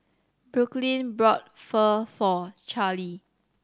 Brooklynn bought Pho for Charlee